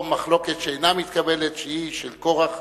או מחלוקת שאינה מתקבלת, שהיא של קורח